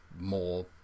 more